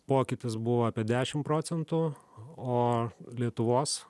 pokytis buvo apie dešim procentų o lietuvos